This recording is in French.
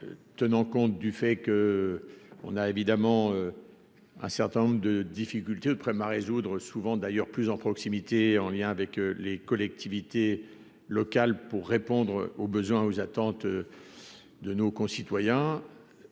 tenant compte du fait que on a évidemment un certain nombre de difficultés préma résoudre, souvent d'ailleurs plus en proximité, en lien avec les collectivités locales pour répondre aux besoins, aux attentes de nos concitoyens,